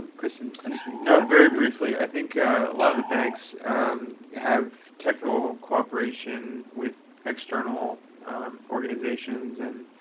chris, and anything no. very briefly, i think a lot of the banks have technical cooperation with external organizations. and